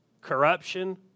corruption